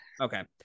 okay